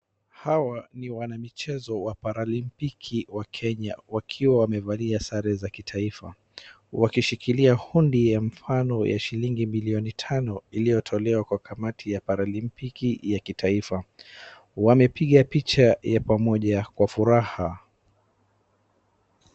Hawa ni wanamichezo wa paralimpiki wa Kenya wamevalia sare za kitaifa, wakishikilia hundi ya mfano ya shilingi milioni tano iliyotolewa kwa kamati ya paralimpiki ya kitaifa. Wamepiga picha ya pamoja kwa furaha.